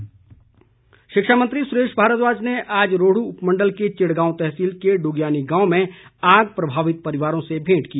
सुरेश भारद्वाज शिक्षा मंत्री सुरेश भारद्वाज ने आज रोहडू उपमंडल के चिड़गांव तहसील के डुगयानी गांव में आग प्रभावित परिवारों से भेंट की